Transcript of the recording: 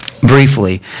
briefly